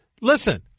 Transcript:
listen